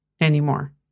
anymore